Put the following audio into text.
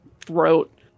throat